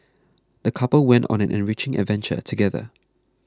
the couple went on an enriching adventure together